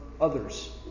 others